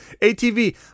ATV